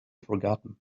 forgotten